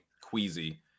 queasy